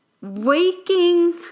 waking